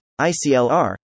ICLR